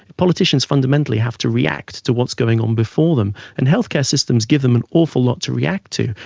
politicians fundamentally have to react to what's going on before them, and health care systems give them an awful lot to react to,